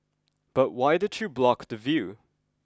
but why did you block the view